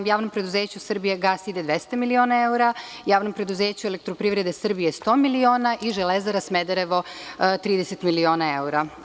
Javnom preduzeću „Srbija gas“ ide 200 miliona evra, Javnom preduzeću „Elektroprivreda Srbije“ 100 miliona evra i „Železara Smederevo“ 30 miliona evra.